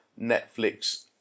Netflix